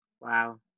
Wow